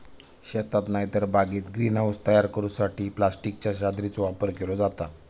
शेतात नायतर बागेत ग्रीन हाऊस तयार करूसाठी प्लास्टिकच्या चादरीचो वापर केलो जाता